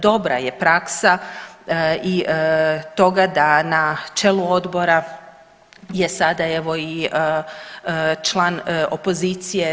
Dobra je praksa i i toga da na čelu Odbora je sada evo i član opozicije.